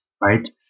right